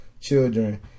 children